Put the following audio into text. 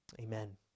Amen